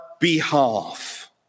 behalf